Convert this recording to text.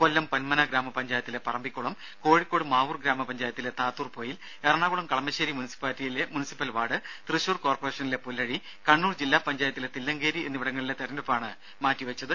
കൊല്ലം പന്മന ഗ്രാമപഞ്ചായത്തിലെ പറമ്പിക്കുളം കോഴിക്കോട് മാവൂർ ഗ്രാമപഞ്ചായത്തിലെ താത്തൂർപൊയിൽ എറണാകുളം കളമശേരി മുനിസിപ്പാലിറ്റിയിലെ മുനിസിപ്പൽ വാർഡ് തൃശൂർ കോർപ്പറേഷനിലെ പുല്ലഴി കണ്ണൂർ ജില്ലാ പഞ്ചായത്തിലെ തില്ലങ്കേരി എന്നിവിടങ്ങളിലെ തിരഞ്ഞെടുപ്പാണ് മാറ്റിവെച്ചത്